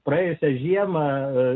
praėjusią žiemą